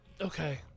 Okay